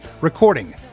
recording